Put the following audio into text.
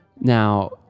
Now